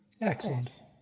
Excellent